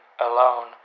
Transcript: alone